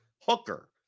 Hooker